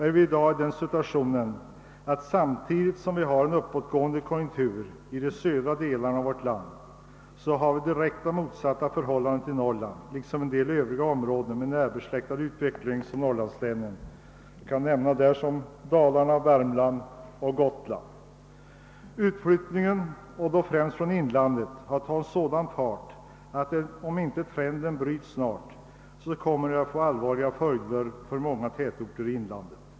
Situationen är i dag den att samtidigt som vi har en uppåtgående konjunktur i de södra delarna av vårt land råder direkt motsatta förhållanden i Norrland liksom i en del andra områden med en utveckling, närbesläktad med norrlandslänens; jag kan nämna Dalarna, Värmland och Gotland. Utflyttningen har tagit sådan fart, att om inte trenden snart bryts kommer det att få allvarliga följder för många tätorter, främst i inlandet.